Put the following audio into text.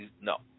No